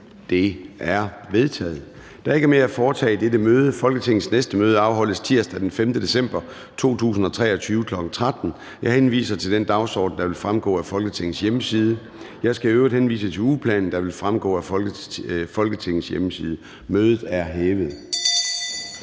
(Søren Gade): Der er ikke mere at foretage i dette møde. Folketingets næste møde afholdes tirsdag den 5. december 2023, kl. 13.00. Jeg henviser til den dagsorden, der vil fremgå af Folketingets hjemmeside. Jeg skal i øvrigt henvise til ugeplanen, der vil fremgå af Folketingets hjemmeside. Mødet er hævet.